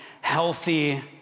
healthy